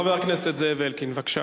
חבר הכנסת זאב אלקין, בבקשה.